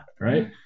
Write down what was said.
right